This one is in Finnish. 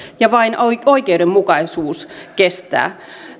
ja vain oikeudenmukaisuus kestää